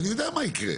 אני יודע מה יקרה.